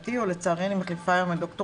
לשמחתי או לצערי אני מחליפה היום את ד"ר